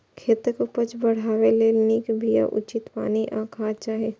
खेतक उपज बढ़ेबा लेल नीक बिया, उचित पानि आ खाद चाही